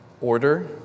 order